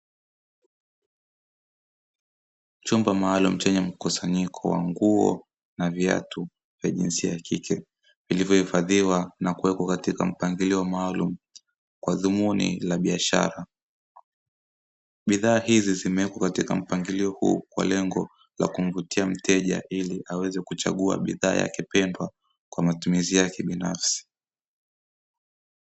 Chumba maalumu chenye mkusanyiko wa nguo na viatu vya jinsia ya kike vilivyohifadhiwa na kuwekwa katika mpangilio maalumu kwa dhumuni la biashara. Bidhaa hizi zimewekwa katika mpangilio huu kwa lengo la kumvutia mteja ili aweze kuchagua bidhaa yake pendwa kwa matumizi yake binafsi.